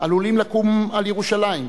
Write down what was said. עלולים לקום על ירושלים,